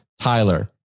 Tyler